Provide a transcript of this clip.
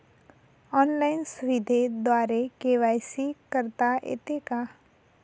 Online सुविधेद्वारे KYC करता येते का?